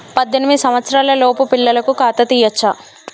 పద్దెనిమిది సంవత్సరాలలోపు పిల్లలకు ఖాతా తీయచ్చా?